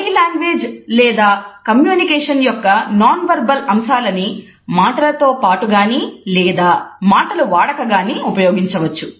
body language లేదా communication యొక్క non verbal అంశాలని మాటలతో పాటు కానీ లేదా మాటలు వాడక కానీ ఉపయోగించవచ్చు